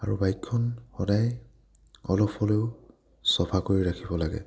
আৰু বাইকখন সদায় অলপ হ'লেও চফা কৰি ৰাখিব লাগে